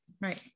right